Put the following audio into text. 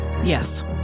Yes